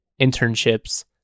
internships